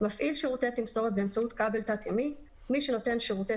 "מפעיל שירותי תמסורת באמצעות כבל תת-ימי" מי שנותן שירותי